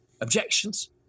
Objections